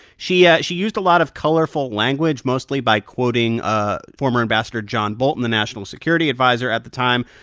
she yeah she used a lot of colorful language, mostly by quoting ah former ambassador john bolton, the national security adviser at the time,